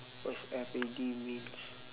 what is F A D means